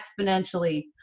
exponentially